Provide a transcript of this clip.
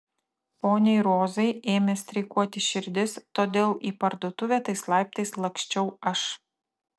poniai rozai ėmė streikuoti širdis todėl į parduotuvę tais laiptais laksčiau aš